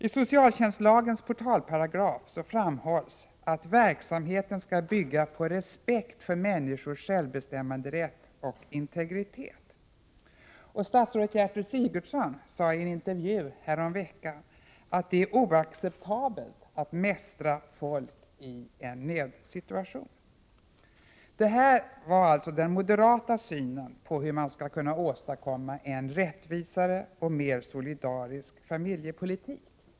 I socialtjänstlagens portalparagraf framhålls att verksamheten skall bygga på respekt för människors självbestämmanderätt och integritet. Statsrådet Gertrud Sigurdsen sade i en intervju häromveckan att det är oacceptabelt att mästra folk i en nödsituation. Detta är alltså den moderata synen på hur man skall kunna åstadkomma en rättvisare och mer solidarisk familjepolitik.